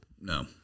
No